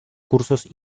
cursos